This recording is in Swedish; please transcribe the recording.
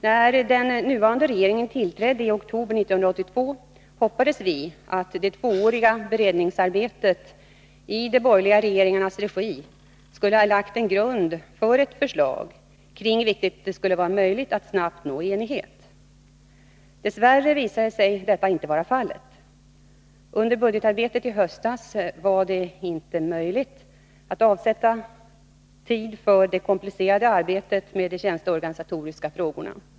När den nuvarande regeringen tillträdde i oktober 1982 hoppades vi att det tvååriga beredningsarbetet i de borgerliga regeringarnas regi skulle ha lagt en grund för ett förslag, kring vilket det skulle vara möjligt att snabbt nå enighet. Dess värre visade sig detta inte vara fallet. Under budgetarbetet i höstas var det inte möjligt att avsätta tid för det komplicerade arbetet med de tjänsteorganisatoriska frågorna.